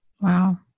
Wow